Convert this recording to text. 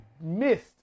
missed